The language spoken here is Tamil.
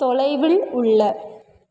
தொலைவில் உள்ள